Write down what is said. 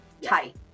tight